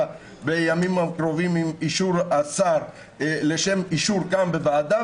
בימים הקרובים עם אישור השר לשם אישור גם בוועדה.